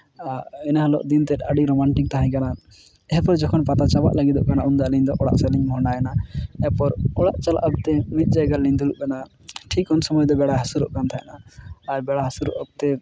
ᱤᱱᱟᱹ ᱦᱤᱞᱳᱜᱫᱤᱱ ᱛᱮᱫ ᱟᱹᱰᱤ ᱨᱳᱢᱟᱱᱴᱤᱠ ᱛᱟᱦᱮᱠᱟᱱᱟ ᱮᱨᱯᱚᱨ ᱡᱚᱠᱷᱚᱱ ᱯᱟᱛᱟ ᱪᱟᱵᱟᱜ ᱞᱟᱹᱜᱤᱫᱚᱜ ᱠᱟᱱᱟ ᱩᱱ ᱫᱚ ᱟᱹᱞᱤᱧ ᱫᱚ ᱚᱲᱟᱜ ᱥᱮᱫ ᱞᱤᱧ ᱢᱚᱦᱰᱟᱭᱱᱟ ᱮᱨᱯᱚᱨ ᱚᱲᱟᱜ ᱪᱟᱞᱟᱜ ᱚᱠᱛᱮ ᱢᱤᱫ ᱡᱟᱭᱜᱟ ᱨᱮᱞᱤᱧ ᱫᱩᱲᱩᱵ ᱞᱮᱱᱟ ᱴᱷᱤᱠ ᱩᱱ ᱥᱚᱢᱚᱭ ᱫᱚ ᱵᱮᱲᱟᱭ ᱦᱟᱸᱥᱩᱨᱚᱜ ᱠᱟᱱ ᱛᱟᱦᱮᱱᱟ ᱟᱨ ᱵᱮᱲᱟ ᱦᱟᱸᱥᱩᱨᱚᱜ ᱚᱠᱛᱮ